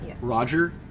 Roger